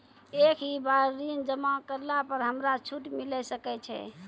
एक ही बार ऋण जमा करला पर हमरा छूट मिले सकय छै?